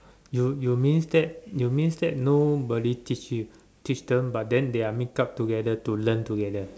you you means that you means that nobody teach you teach them but then they are make up together to learn together